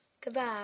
Goodbye